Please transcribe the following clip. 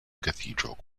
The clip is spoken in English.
cathedral